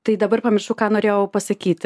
tai dabar pamiršau ką norėjau pasakyti